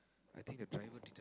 I think the private